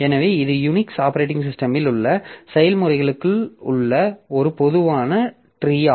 எனவே இது Unix operating சிஸ்டமில் உள்ள செயல்முறைகளுக்கு உள்ள ஒரு பொதுவான ட்ரீ